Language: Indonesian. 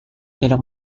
tidak